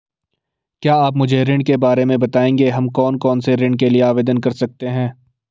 क्या आप मुझे ऋण के बारे में बताएँगे हम कौन कौनसे ऋण के लिए आवेदन कर सकते हैं?